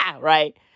Right